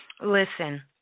Listen